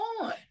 on